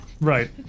Right